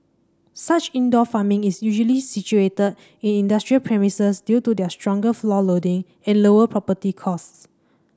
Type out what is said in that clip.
such indoor farming is usually situated in industrial premises due to their stronger floor loading and lower property costs